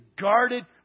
guarded